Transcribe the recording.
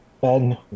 Ben